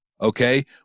Okay